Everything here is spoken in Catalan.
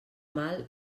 mal